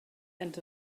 and